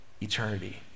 eternity